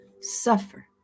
suffer